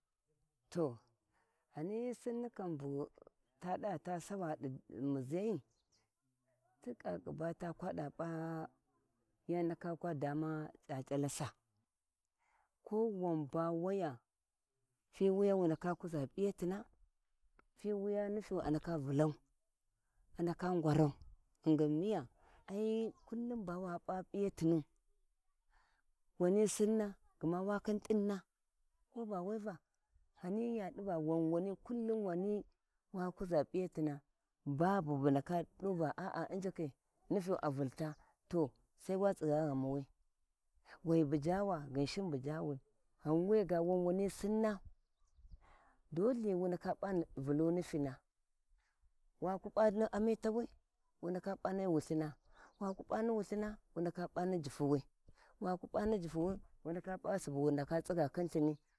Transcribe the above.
To ghani hi Sinni kan bu hada ta sawa di muʒai, ti ƙaƙa ba taa kwa yana kwa kwa dama c’ac’alsa, ko wan ba waya viga wu ndaku kuʒa P’iyatina, fiwiya rityu a ndaka Vulau a ndaka ngwarau ghingui miya ai hi kullum ba wa P’a P’iyatinu wani Sinna gma wakhin t’ina ko ba we va ghani ya divo wani kullum wani wa kuʒa p’iyatina, babu ndaku duva a a injiki nitfu a vulta to Sai wa tsigha ghanwi waiba, jawa Ghinshin bu jawi ghan wega wan wani sinna dole wudin wu naka p’a Vulu nitina wa ku p’a ni amitawi wu naka p’a ni Wulkhina waku p’a ni Wullina wu ndaka p’a ni jitudi waku pꞌa ni jitwi wu ndaka p’a subu wa tsigga khin lthin.